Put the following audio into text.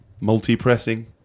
Multi-pressing